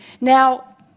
Now